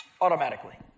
automatically